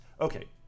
Okay